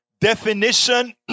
definition